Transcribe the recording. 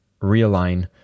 realign